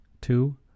Two